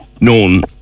known